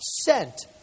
sent